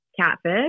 catfish